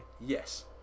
Yes